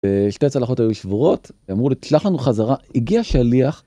ושתי צלחות היו לי שבורות, ואמרו לי תשלח לנו חזרה. הגיע שליח.